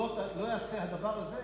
אם לא ייעשה הדבר הזה,